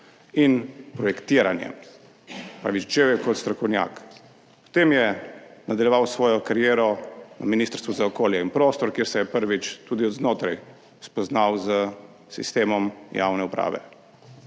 in projektiranjem. Se pravi, začel je kot strokovnjak, potem je nadaljeval svojo kariero na Ministrstvu za okolje in prostor, kjer se je prvič tudi od znotraj spoznal s sistemom javne uprave.